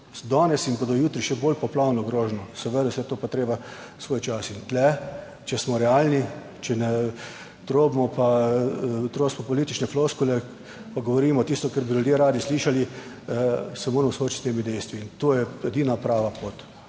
danes in bodo jutri še bolj poplavno grožnjo, seveda se je to pa treba svoj čas. In tu, če smo realni, če ne trobimo, pa trosimo politične floskule, pa govorimo tisto, kar bi ljudje radi slišali. se moramo soočiti s temi dejstvi. To je edina prava pot.